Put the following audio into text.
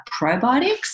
probiotics